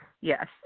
Yes